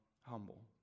humble